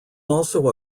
also